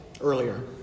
earlier